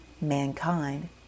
mankind